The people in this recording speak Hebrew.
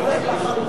אתה צודק לחלוטין,